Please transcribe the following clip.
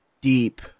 Deep